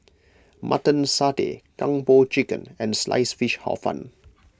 Mutton Satay Kung Po Chicken and Sliced Fish Hor Fun